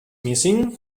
missing